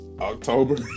October